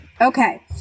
Okay